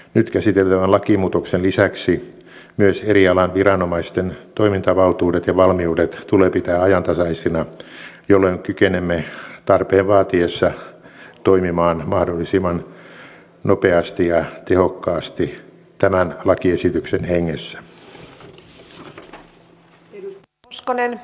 nyt käsiteltävän lakimuutoksen lisäksi myös eri alojen viranomaisten toimintavaltuudet ja valmiudet tulee pitää ajantasaisina jolloin kykenemme tarpeen vaatiessa toimimaan mahdollisimman nopeasti ja tehokkaasti tämän lakiesityksen hengessä